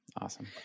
Awesome